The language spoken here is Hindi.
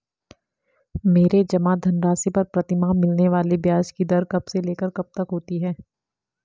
मेरे जमा धन राशि पर प्रतिमाह मिलने वाले ब्याज की दर कब से लेकर कब तक होती है?